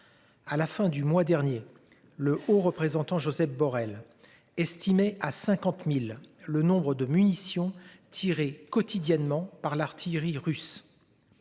À la fin du mois dernier le haut représentant Josep Borrell, estimé à 50.000 le nombre de munitions tirées quotidiennement par l'artillerie russe.